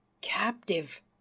Captive